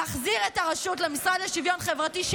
להחזיר את הרשות למשרד לשוויון חברתי,